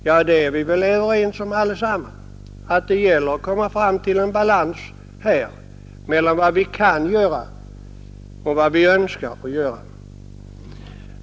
Ja, vi är väl allesammans överens om att det gäller att komma fram till en balans mellan vad vi kan göra och vad vi önskar göra.